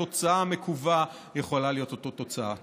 התוצאה המקווה יכולה להיות אותה תוצאה.